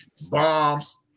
bombs